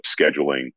scheduling